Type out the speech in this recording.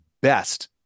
best